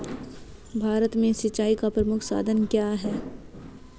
भारत में सिंचाई का प्रमुख साधन क्या है?